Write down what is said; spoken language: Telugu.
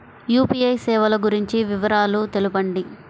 యూ.పీ.ఐ సేవలు గురించి వివరాలు తెలుపండి?